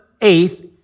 eighth